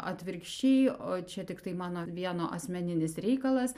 atvirkščiai o čia tiktai mano vieno asmeninis reikalas